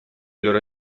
loro